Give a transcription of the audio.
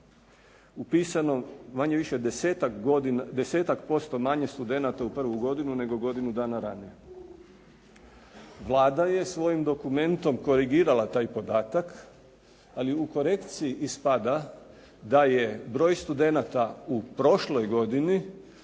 upisano manje-više 10% manje studenata u prvu godinu nego godinu dana ranije. Vlada svojim dokumentom korigirala taj podatak ali u korekciji ispada da je broj studenata u prošloj godini